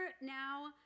now